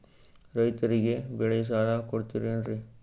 ರೈತರಿಗೆ ಬೆಳೆ ಸಾಲ ಕೊಡ್ತಿರೇನ್ರಿ?